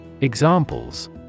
Examples